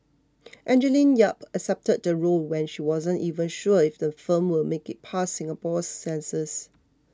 Angeline Yap accepted the role when she wasn't even sure if the film will make it past Singapore's censors